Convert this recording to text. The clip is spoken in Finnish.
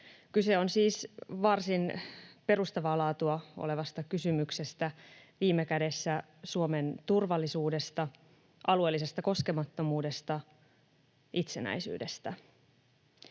Kyse on siis varsin perustavaa laatua olevasta kysymyksestä, viime kädessä Suomen turvallisuudesta, alueellisesta koskemattomuudesta, itsenäisyydestä.